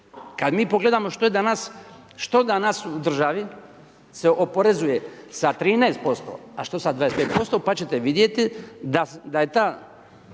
Kad mi pogledamo što danas u državi se oporezuje sa 13%, a što sa 25% pa ćete vidjeti da je ta